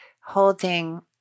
holding